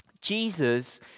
Jesus